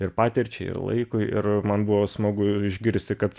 ir patirčiai ir laikui ir man buvo smagu išgirsti kad